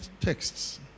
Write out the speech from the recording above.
texts